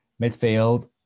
midfield